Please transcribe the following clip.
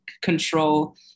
control